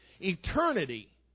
Eternity